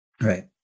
Right